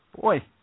Boy